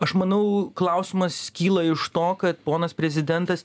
aš manau klausimas kyla iš to kad ponas prezidentas